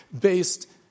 based